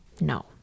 no